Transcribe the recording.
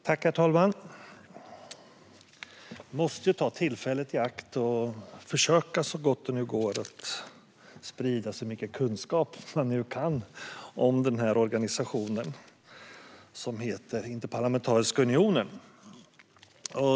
Herr talman! Man måste ju ta tillfället i akt och försöka att så gott det går sprida så mycket kunskap man kan om organisationen Interparlamentariska unionen.